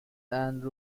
and